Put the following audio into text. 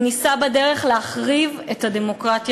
הוא ניסה בדרך להחריב את הדמוקרטיה